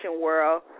world